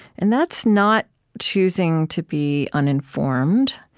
and that's not choosing to be uninformed,